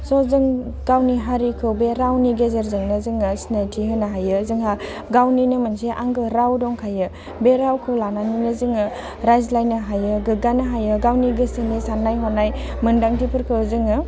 सह जों गावनि हारिखौ बे रावनि गेजेरजोंनो जोङो सिनायथि होनो हायो जोंहा गावनिनो मोनसे आंगो राव दंखायो बे रावखौ लानानैनो जोङो रायज्लायनो हायो गोग्गानो हायो गावनि गोसोनि सान्नाय हनाय मोनदांथिफोरखौ जोङो